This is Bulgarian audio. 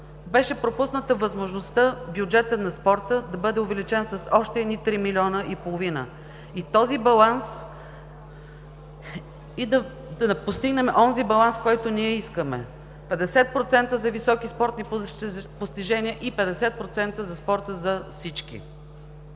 Беше пропусната възможността бюджетът на спорта да бъде увеличен с още едни три милиона и половина и да постигнем онзи баланс, който ние искаме: 50% за високи спортни постижение и 50% за спорта за всички.